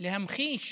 להמחיש